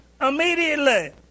Immediately